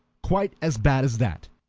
quite as bad as that,